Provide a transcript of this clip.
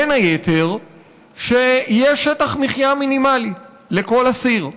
בין היתר, שיהיה שטח מחיה מינימלי לכל אסיר.